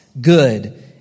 good